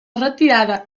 retirada